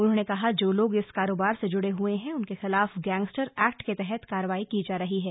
उन्होंने कहा जो लोग इस कारोबार से जुड़े हुए हैं उनके खिलाफ गैंगस्टर एक्ट के तहत कार्रवाई की जा रही है